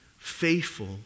faithful